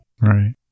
Right